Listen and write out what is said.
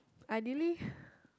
ideally